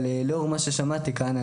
אבל לאור מה ששמעתי כאן,